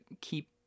keep